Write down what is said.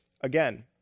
Again